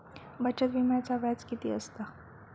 बचत विम्याचा व्याज किती असता?